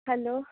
hello